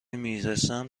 میرسم